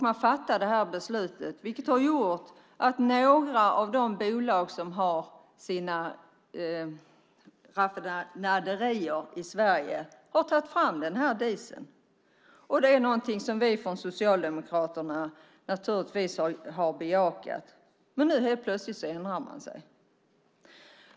Man fattade det här beslutet, vilket har gjort att några av de bolag som har sina raffinaderier i Sverige har tagit fram den här dieseln. Det är någonting som vi socialdemokrater har bejakat, men nu ändrar man sig helt plötsligt.